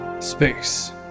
space